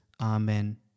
Amen